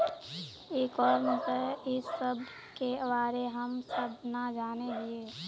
ई commerce इस सब के बारे हम सब ना जाने हीये?